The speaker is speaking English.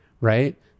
right